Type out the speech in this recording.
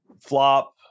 flop